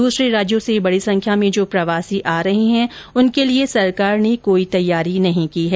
दूसरे राज्यों से बड़ी संख्या में जो प्रवासी आ रहे है उनके लिए सरकार ने कोई तैयारी नहीं की है